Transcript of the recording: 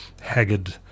haggard